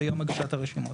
ביום הגשת הרשימות.